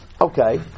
okay